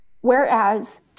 Whereas